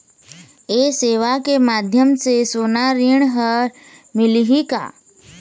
ये सेवा के माध्यम से सोना ऋण हर मिलही का?